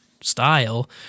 style